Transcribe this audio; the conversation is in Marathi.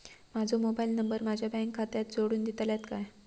माजो मोबाईल नंबर माझ्या बँक खात्याक जोडून दितल्यात काय?